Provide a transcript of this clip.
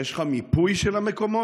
יש לך מיפוי של המקומות,